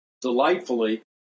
delightfully